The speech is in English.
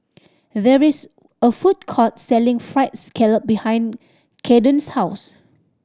there is a food court selling Fried Scallop behind Caden's house